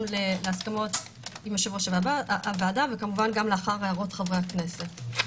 להסכמות עם יושב-ראש הוועדה ולאחר הערות חברי הכנסת.